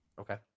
Okay